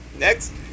next